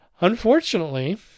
Unfortunately